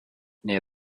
near